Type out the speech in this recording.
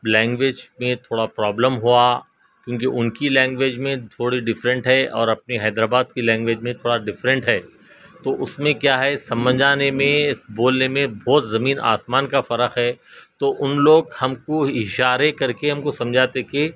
language میں تھوڑا problem ہوا کیونکہ ان کی لینگویج میں تھوڑی ڈفرینٹ ہے اور اپنی حیدرآباد کی لینگویج میں تھوڑا ڈفرینٹ ہے تو اس میں کیا ہے سمجھ آنے میں بولنے میں بہت زمین آسمان کا فرق ہے تو ان لوگ ہم کو اشارے کر کے ہم سمجھاتے کہ